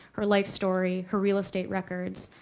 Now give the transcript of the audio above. her life story, her real estate records,